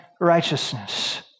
righteousness